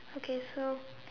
okay so